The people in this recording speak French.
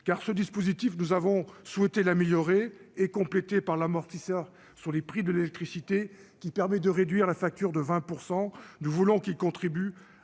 car ce dispositif, nous avons souhaité l'améliorer et complété par l'amortisseur sur les prix de l'électricité qui permet de réduire la facture de 20 % nous voulons qu'contribue